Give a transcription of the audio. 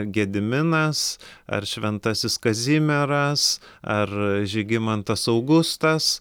gediminas ar šventasis kazimieras ar žygimantas augustas